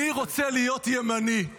מי רוצה להיות ימני?